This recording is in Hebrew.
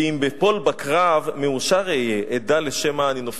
ואם אפול בקרב, מאושר אהיה, אדע לשם מה אני נופל.